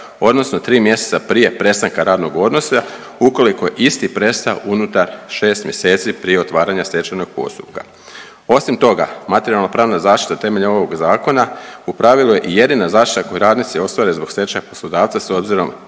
odnosno 3 mjeseca prije prestanka radnog odnosa ukoliko je isti prestao unutar 6 mjeseci prije otvaranja stečajnog postupka. Osim toga, materijalno-pravna zaštita temeljem ovog zakona u pravilu je i jedina zaštita koju radnici ostvare zbog stečaja poslodavca s obzirom